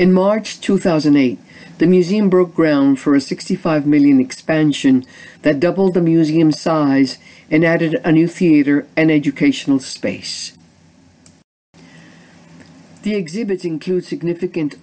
in march two thousand and eight the museum broke ground for a sixty five million expansion that doubled the museum size and added a new future and educational space the exhibits include significant